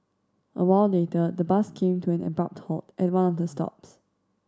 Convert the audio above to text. a while later the bus came to an abrupt halt at one of the stops